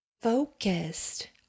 focused